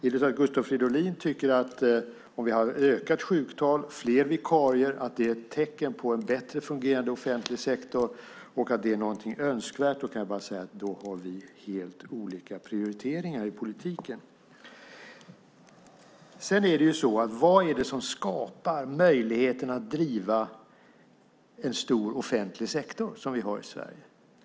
Om Gustav Fridolin tycker att ökat sjuktal och fler vikarier är ett tecken på en bättre fungerande offentlig sektor och att det är någonting önskvärt kan jag bara säga att vi gör helt olika prioriteringar i politiken. Vad är det som skapar möjligheten att driva en stor offentlig sektor, som vi har i Sverige?